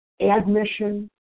Admission